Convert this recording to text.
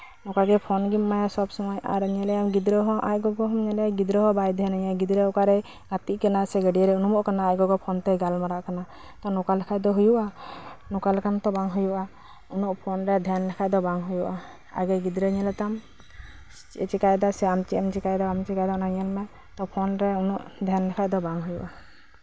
ᱱᱚᱝᱠᱟ ᱜᱮ ᱯᱷᱳᱱᱮᱢ ᱥᱚᱵ ᱥᱚᱢᱚᱭ ᱟᱨ ᱟᱡ ᱜᱚᱜᱚ ᱦᱚᱸ ᱜᱤᱫᱽᱨᱟᱹ ᱜᱮ ᱵᱟᱭ ᱫᱷᱮᱭᱟᱱᱟᱭᱟ ᱜᱤᱫᱽᱨᱟᱹ ᱚᱠᱟᱨᱮᱭ ᱜᱟᱛᱮᱜ ᱠᱟᱱᱟ ᱥᱮ ᱜᱟᱹᱰᱭᱟᱹ ᱨᱮᱭ ᱩᱱᱩᱢᱚᱜ ᱠᱟᱱᱟ ᱟᱡ ᱜᱚᱜᱚ ᱯᱷᱳᱱ ᱛᱮᱭ ᱜᱟᱞᱢᱟᱨᱟᱜ ᱠᱟᱱᱟ ᱛᱚ ᱱᱚᱝᱠᱟ ᱞᱮᱠᱷᱟᱡ ᱛᱚ ᱦᱩᱭᱩᱜᱼᱟ ᱱᱚᱝᱠᱟ ᱞᱮᱠᱷᱟᱡ ᱛᱚ ᱵᱟᱝ ᱦᱩᱭᱩᱜᱼᱟ ᱩᱱᱟᱹᱜ ᱯᱷᱳᱱ ᱨᱮ ᱫᱷᱮᱭᱟᱱ ᱞᱮᱠᱷᱟᱡ ᱫᱚ ᱵᱟᱝ ᱦᱩᱭᱩᱜᱼᱟ ᱟᱜᱮ ᱜᱤᱫᱽᱨᱟᱹ ᱧᱮᱞᱮ ᱛᱟᱢ ᱪᱮᱫ ᱮᱭ ᱪᱮᱠᱟᱭ ᱫᱟ ᱥᱮ ᱟᱢ ᱪᱮᱫ ᱮᱢ ᱪᱮᱠᱟᱭ ᱫᱟ ᱵᱟᱢ ᱪᱮᱠᱟᱭ ᱫᱟ ᱚᱱᱟ ᱧᱮᱞ ᱢᱮ ᱯᱷᱳᱱ ᱨᱮ ᱩᱱᱟᱹᱜ ᱫᱷᱮᱭᱟᱱ ᱞᱮᱠᱷᱟᱡ ᱫᱚ ᱵᱟᱝ ᱦᱩᱭᱩᱜᱼᱟ